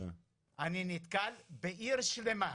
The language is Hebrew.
אני נתקל בעיר שלמה,